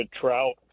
trout